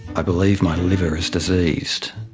i believe my liver is diseased.